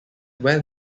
where